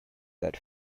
that